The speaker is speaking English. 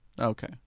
Okay